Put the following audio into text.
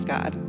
God